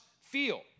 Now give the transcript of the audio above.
feel